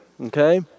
Okay